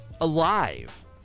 alive